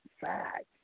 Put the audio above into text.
fact